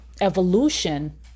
evolution